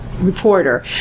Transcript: reporter